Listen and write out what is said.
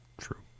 True